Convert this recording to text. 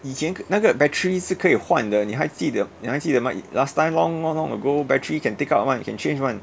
以前那个 battery 是可以换的你还记得你还记得吗 last time long long ago battery can take out [one] you can change [one]